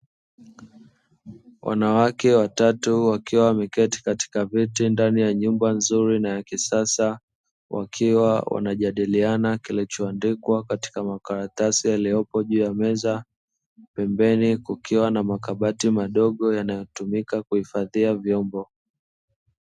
Wanawake watatu wakiwa wameketi katika viti ndani ya nyumba nzuri na ya kisasa, wakiwa wanajadiliana kilicho andikwa katika makaratasi yaliyopo juu ya meza, pembeni kukiwa na makabati madogo yanayo tumika kuifadhia vyombo.